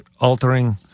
altering